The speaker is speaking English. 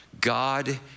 God